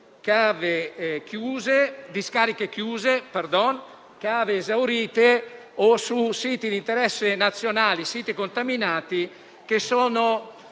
realizzati su discariche chiuse, cave esaurite o siti di interesse nazionale o contaminati, che sono